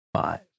five